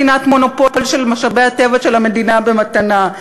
ונתינת מונופול על משאבי הטבע של המדינה במתנה,